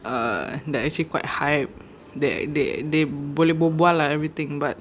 uh they are actually quite hype they they they boleh berbual ah everything but